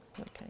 Okay